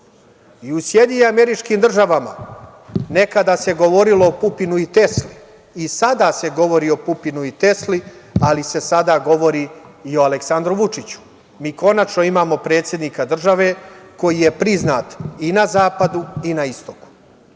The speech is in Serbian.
i na zapadu i na istoku. U SAD nekada se govorilo o Pupinu i Tesli, i sada se govori o Pupinu i Tesli, ali se sada govori i o Aleksandru Vučiću. Mi konačno imamo predsednika države koji je priznat i na zapadu i na istoku,